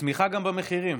צמיחה גם במחירים.